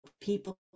people